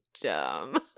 dumb